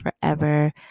forever